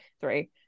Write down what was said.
three